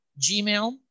Gmail